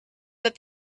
that